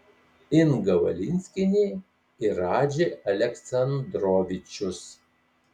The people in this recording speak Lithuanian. inga valinskienė ir radži aleksandrovičius